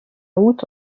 août